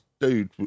dude